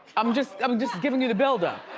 i'm just um just giving you the buildup.